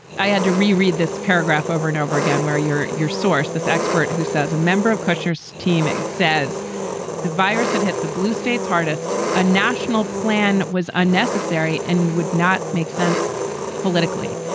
i had to reread this paragraph over and over again where your your source, this expert who says a member of kushner's team says the virus had hit the blue states hardest, a national plan was unnecessary and would not make sense politically.